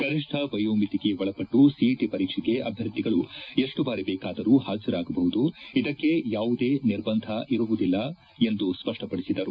ಗರಿಷ್ಠ ವಯೋಮಿತಿಗೆ ಒಳಪಟ್ಟು ಸಿಇಟ ಪರೀಕ್ಷೆಗೆ ಅಭ್ಯರ್ಥಿಗಳು ಎಷ್ಟು ಬಾರಿ ಬೇಕಾದರೂ ಹಾಜರಾಗಬಹುದು ಇದಕ್ಕೆ ಯಾವುದೇ ನಿರ್ಬಂಧ ಇರುವುದಿಲ್ಲ ಎಂದು ಸ್ಪಷ್ಟಪಡಿಸಿದರು